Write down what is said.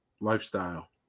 lifestyle